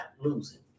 losing